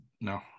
No